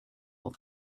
all